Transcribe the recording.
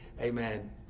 amen